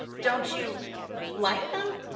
don't you like them?